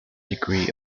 degree